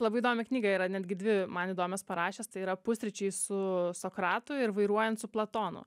labai įdomią knygą yra netgi dvi man įdomias parašęs tai yra pusryčiai su sokratu ir vairuojant su platonu